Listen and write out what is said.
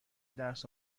درس